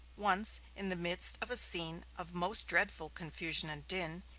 once, in the midst of a scene of most dreadful confusion and din,